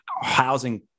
housing